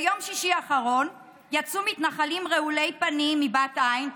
ביום שישי האחרון יצאו מתנחלים רעולי פנים מבת עין,